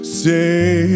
say